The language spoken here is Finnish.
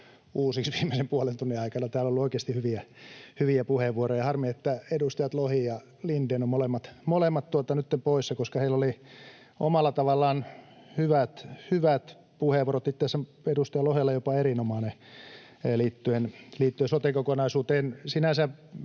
uusiksi viimeisen puolen tunnin aikana. Täällä on ollut oikeasti hyviä puheenvuoroja. On harmi, että edustajat Lohi ja Lindén ovat molemmat nytten poissa, koska heillä oli omalla tavallaan hyvät puheenvuorot — itse asiassa edustaja Lohella jopa erinomainen liittyen sote-kokonaisuuteen.